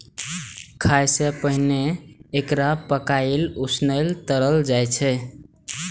खाय सं पहिने एकरा पकाएल, उसनल, तरल जाइ छै